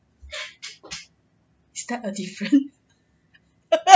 is there a different